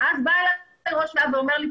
ואז בא --- ואומר לי,